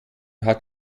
hat